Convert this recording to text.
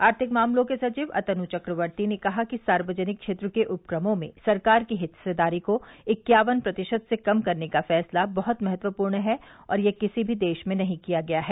आर्थिक मामलों के सचिव अतनू चक्रवर्ती ने कहा कि सार्वजनिक क्षेत्र के उपक्रमों में सरकार की हिस्सेदारी को इक्यावन प्रतिशत से कम करने का फैसला बहुत महत्वपूर्ण है और यह किसी भी देश में नहीं किया गया है